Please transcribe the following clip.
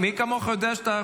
תודה רבה.